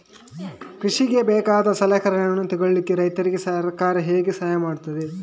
ಕೃಷಿಗೆ ಬೇಕಾದ ಸಲಕರಣೆಗಳನ್ನು ತೆಗೆದುಕೊಳ್ಳಿಕೆ ರೈತರಿಗೆ ಸರ್ಕಾರ ಹೇಗೆ ಸಹಾಯ ಮಾಡ್ತದೆ?